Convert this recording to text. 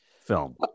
film